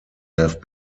have